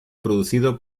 producido